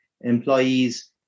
employees